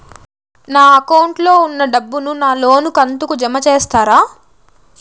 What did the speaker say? నా అకౌంట్ లో ఉన్న డబ్బును నా లోను కంతు కు జామ చేస్తారా?